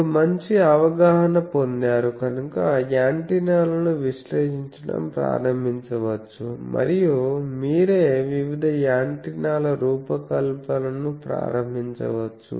మీరు మంచి అవగాహన పొందారు కనుక యాంటెన్నాలను విశ్లేషించడం ప్రారంభించవచ్చు మరియు మీరే వివిధ యాంటెన్నాల రూపకల్పనను ప్రారంభించవచ్చు